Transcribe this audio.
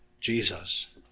Jesus